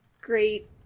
great